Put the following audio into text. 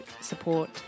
support